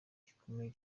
gikomeye